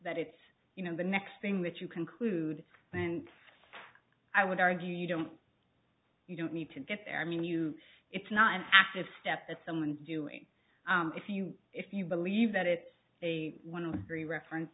that it's you know the next thing that you conclude and i would argue you don't you don't need to get there i mean you it's not an active step that someone's doing if you if you believe that it's a one hundred three reference